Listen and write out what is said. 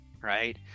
Right